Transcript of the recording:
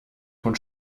von